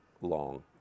long